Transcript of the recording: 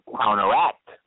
counteract